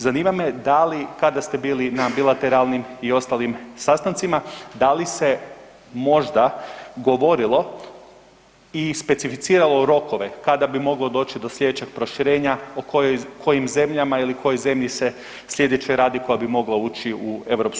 Zanima me da li kada ste bili na bilateralnim i ostalim sastancima, da li se možda govorilo i specificiralo rokove kada bi moglo doći do sljedećeg proširenja, o kojim zemljama ili kojoj zemlji se sljedeće radi koja bi mogla ući u EU?